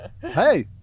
hey